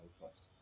first